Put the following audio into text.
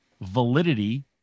Validity